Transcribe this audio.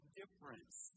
difference